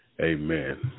Amen